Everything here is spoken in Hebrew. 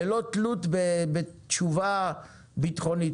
ללא תלות בתשובה ביטחונית.